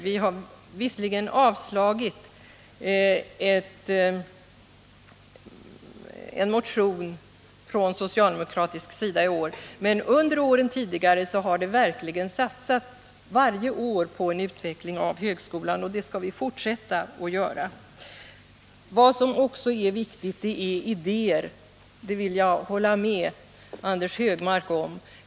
Vi har visserligen avslagit en motion från socialdemokratisk sida i år, men i motsats till vad Frida Berglund säger har vi under tidigare år verkligen satsat varje år på en utveckling av högskolan, och det skall vi fortsätta att göra. Vad som också är viktigt är idéer — det vill jag hålla med Anders Högmark om.